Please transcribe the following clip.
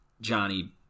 Johnny